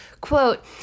quote